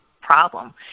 problem